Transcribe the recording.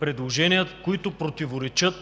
предложения, които противоречат